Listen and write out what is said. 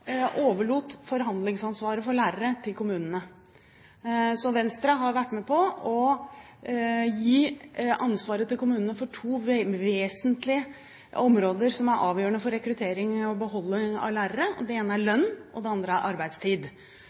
overlot forhandlingsansvaret for lærere til kommunene, så Venstre har vært med på å gi ansvaret for to vesentlige områder som er avgjørende for rekruttering og for å beholde lærere, til kommunene. Det ene er lønn, og det andre er arbeidstid.